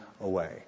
away